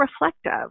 reflective